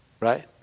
right